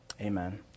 Amen